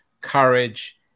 Courage